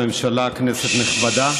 כבוד ראש הממשלה, כנסת נכבדה,